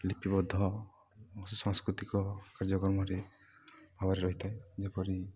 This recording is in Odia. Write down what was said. ଲିପିବଦ୍ଧ ସାଂସ୍କୃତିକ କାର୍ଯ୍ୟକ୍ରମରେ ଭାବରେ ରହିଥାଏ ଯେପରି